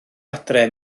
adre